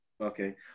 Okay